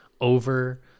over